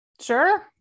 Sure